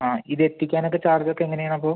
ആ ഇത് എത്തിക്കാനൊക്കെ ചാർജൊക്കെ എങ്ങനെയാണ് അപ്പോൾ